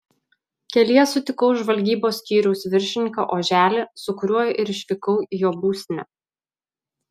kelyje sutikau žvalgybos skyriaus viršininką oželį su kuriuo ir išvykau į jo būstinę